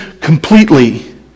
completely